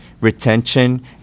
retention